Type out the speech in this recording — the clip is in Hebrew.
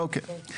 אוקיי.